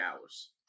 hours